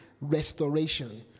restoration